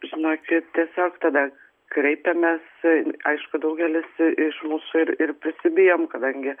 žinokit tiesiog tada kreipiamės aišku daugelis iš mūsų ir ir prisibijom kadangi